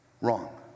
Wrong